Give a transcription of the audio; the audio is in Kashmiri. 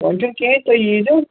وۅنۍ چھُنہٕ کِہیٖنٛۍ تُہی ییٖزیٚو